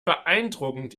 beeindruckend